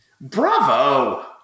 bravo